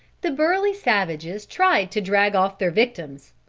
the burly savages tried to drag off their victims.